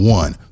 one